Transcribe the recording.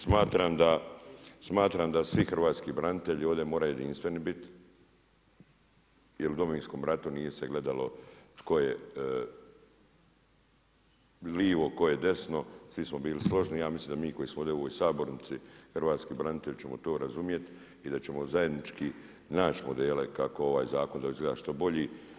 Smatram da svi hrvatski branitelji ovdje moraju jedinstveni biti, jer u Domovinskom ratu nije se gledalo tko je lijevo, tko je desno, svi smo bili složni, ja mislim da mi koji smo ovdje u ovoj sabornici, hrvatski branitelji ćemo to razumjeti i da ćemo zajednički naći modele kako ovaj zakon … što bolji.